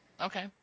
Okay